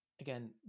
again